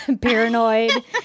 paranoid